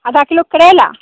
आधा किलो करेला